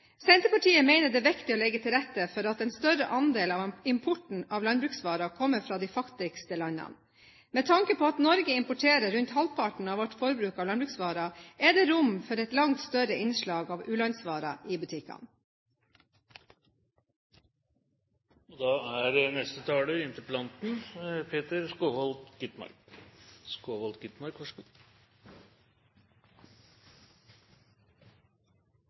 Senterpartiet mener det er viktig å legge til rette for at en større andel av importen av landbruksvarer kommer fra de fattigste landene. Med tanke på at vi i Norge importerer rundt halvparten av vårt forbruk av landbruksvarer, er det rom for et langt større innslag av u-landsvarer i butikkene.